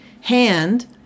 hand